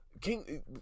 King